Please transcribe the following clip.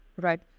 Right